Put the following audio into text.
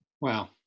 Wow